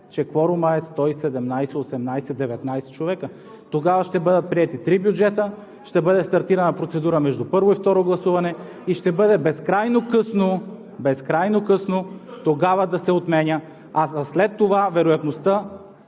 че кворумът е 117 – 118 – 119 човека. Тогава ще бъдат приети три бюджета, ще бъде стартирана процедура между първо и второ гласуване и ще бъде безкрайно късно, безкрайно късно тогава да се отменя. А вероятността